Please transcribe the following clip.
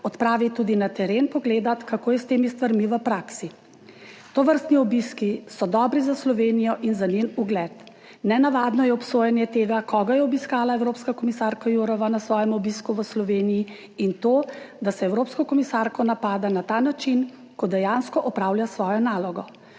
odpravi tudi na teren pogledat, kako je s temi stvarmi v praksi. Tovrstni obiski so dobri za Slovenijo in za njen ugled. Nenavadno je obsojanje tega, koga je obiskala evropska komisarka Jourová na svojem obisku v Sloveniji in to, da se evropsko komisarko napada na ta način, ko dejansko opravlja svojo nalogo.